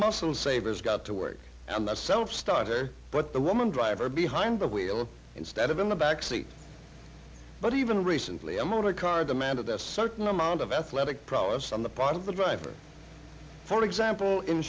muscle savers got to work and that self starter but the woman driver behind the wheel instead of in the back seat but even recently a motor car demanded a certain amount of athletic prowess on the part of the driver for example in